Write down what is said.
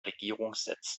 regierungssitz